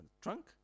trunk